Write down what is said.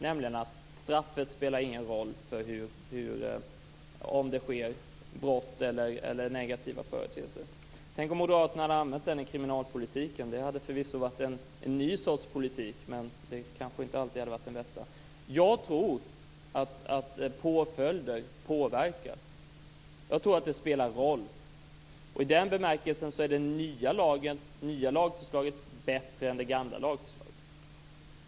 Man säger att straffet inte spelar någon roll för frågan om det sker brott eller förekommer andra negativa företeelser. Tänk om moderaterna hade använt den argumentationen i kriminalpolitiken. Det hade förvisso varit en ny sorts politik. Men det kanske inte alltid hade varit den bästa. Jag tror att påföljder påverkar. Jag tror att det spelar roll. I den bemärkelsen är det nya lagförslaget bättre än det gamla.